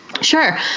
Sure